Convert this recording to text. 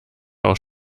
auch